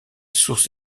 source